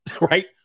Right